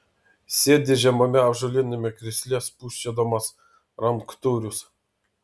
sėdi žemame ąžuoliniame krėsle spūsčiodamas ranktūrius